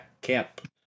Camp